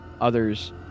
Others